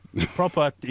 Proper